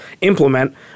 implement